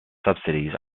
subsidies